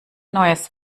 neues